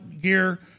gear